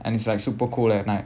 and it's like super cold at night